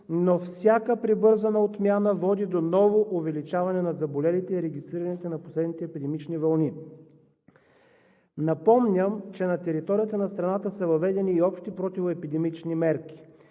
а всяка прибързана отмяна води до ново увеличаване на заболелите и регистрираните от последните епидемични вълни. Напомням, че на територията на страната са въведени общи противоепидемични мерки.